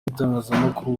w’itangazamakuru